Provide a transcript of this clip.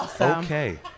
Okay